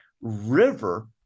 river